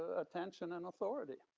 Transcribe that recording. attention and authority.